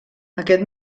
aquest